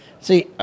see